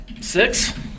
Six